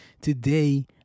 today